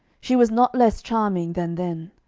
she was not less charming than then.